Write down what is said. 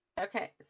Okay